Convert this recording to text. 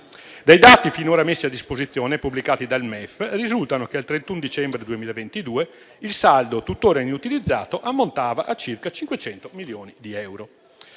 Dai dati finora messi a disposizione pubblicati dal MEF risulta che, al 31 dicembre 2022, il saldo tuttora inutilizzato ammonta a circa 500 milioni di euro.